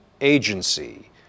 agency